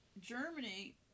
Germany